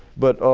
but